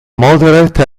moderate